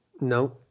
No